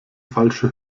falsche